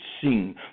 seen